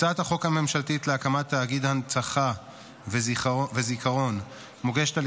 הצעת החוק הממשלתית להקמת תאגיד להנצחה וזיכרון מוגשת על